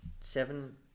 seven